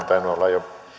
jo